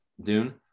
Dune